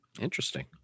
Interesting